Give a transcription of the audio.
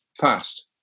past